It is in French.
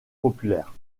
populaire